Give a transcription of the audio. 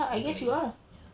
you know kennedy ya